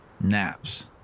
naps